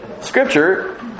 scripture